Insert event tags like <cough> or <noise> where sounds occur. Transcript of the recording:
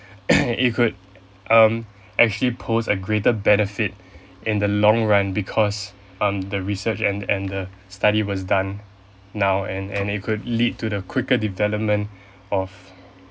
<coughs> you could um actually pose a greater benefit in the long run because um the research and and the study was done now and and it could lead to the quicker development of